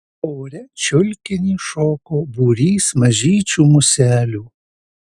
ore čiulkinį šoko būrys mažyčių muselių